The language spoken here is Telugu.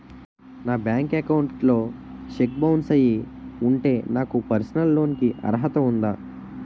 నా బ్యాంక్ అకౌంట్ లో చెక్ బౌన్స్ అయ్యి ఉంటే నాకు పర్సనల్ లోన్ కీ అర్హత ఉందా?